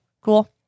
cool